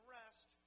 rest